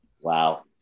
Wow